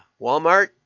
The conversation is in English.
Walmart